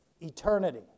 eternity